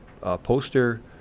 poster